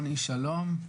שלום.